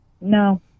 No